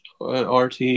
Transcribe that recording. RT